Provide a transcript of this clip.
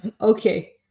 okay